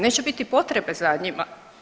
Neće biti potrebe za njima.